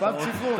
משפט סיכום.